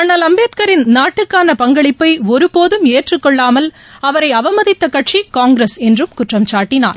அண்ணல் அம்பேத்கரின் நாட்டுக்கான பங்களிப்பை ஒருபோதம் ஏற்றுக்கொள்ளாமல் அவரை அவமதித்த கட்சி காங்கிரஸ் என்றும் குற்றம் சாட்டினார்